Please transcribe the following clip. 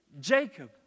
Jacob